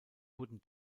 wurden